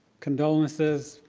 condolences,